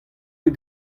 bet